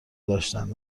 داشتند